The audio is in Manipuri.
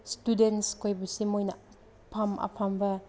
ꯏꯁꯇꯨꯗꯦꯟꯁꯈꯣꯏꯕꯨꯁꯦ ꯃꯣꯏꯅ ꯑꯐꯪ ꯑꯐꯪꯕ